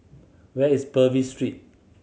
where is Purvis Street